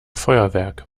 feuerwerk